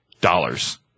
dollars